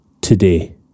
today